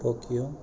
Tokyo